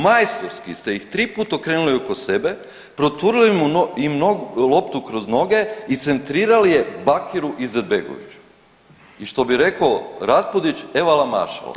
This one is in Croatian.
Majstorski ste ih triput okrenuli oko sebe, proturili im nogu, loptu kroz noge i centrirali je Bakiru Izetbegoviću i što bi rekao Raspudić, evala mašala.